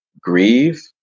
grieve